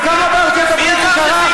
וכמה בארצות-הברית זה קרה?